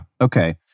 Okay